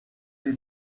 did